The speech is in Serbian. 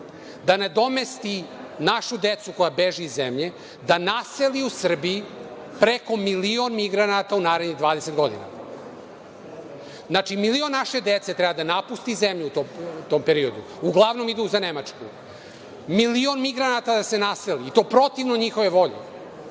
da nadomesti našu decu koja beže iz zemlje, da naseli u Srbiji preko milion migranata u narednih 20 godina. Znači, milion naše dece treba da napusti zemlju u tom periodu, uglavnom idu za Nemačku, milion migranata da se naseli i to protivno njihove volje